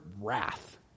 wrath